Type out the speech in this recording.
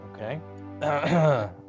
Okay